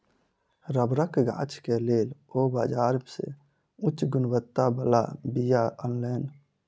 रबड़क गाछ के लेल ओ बाजार से उच्च गुणवत्ता बला बीया अनलैन